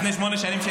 לפני שמונה שנים,